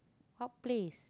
hot place